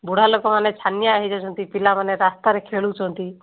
ବୁଢ଼ା ଲୋକମାନେ ଛାନିଆ ହୋଇଯାଉଛନ୍ତି ପିଲାମାନେ ରାସ୍ତାରେ ଖେଳୁଚନ୍ତି